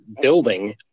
building